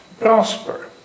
prosper